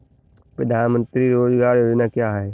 प्रधानमंत्री रोज़गार योजना क्या है?